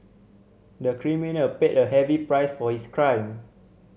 the criminal paid a heavy price for his crime